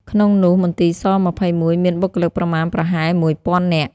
ក្នុងនោះ មន្ទីរស-២១ មានបុគ្គលិកប្រមាណប្រហែល មួយពាន់នាក់។